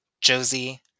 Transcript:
Josie